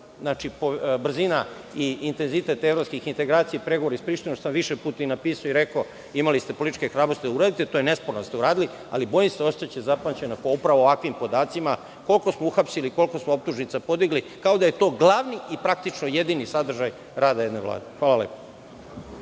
znači, brzina i intenzitet evropskih integracija, pregovori sa Prištinom, to sam više puta rekao i napisao, imali ste političke hrabrosti da to uradite, to je nesporno, ali bojim se da će ostati zapamćena po ovakvim podacima: koliko smo uhapsili, koliko smo optužnica podigli, kao da je to glavni i jedini sadržaj rada jedne Vlade. Hvala.